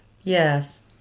Yes